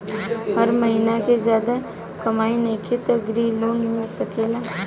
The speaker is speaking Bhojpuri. हमर महीना के ज्यादा कमाई नईखे त ग्रिहऽ लोन मिल सकेला?